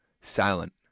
silent